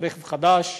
רכב חדש,